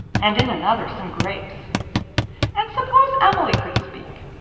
and in another some grapes and suppose emily could speak,